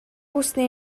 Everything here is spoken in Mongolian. усны